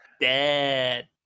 dead